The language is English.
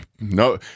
no